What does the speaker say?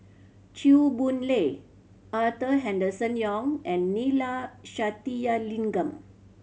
Chew Boon Lay Arthur Henderson Young and Neila Sathyalingam